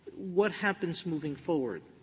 what happens moving forward?